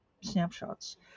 snapshots